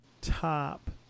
top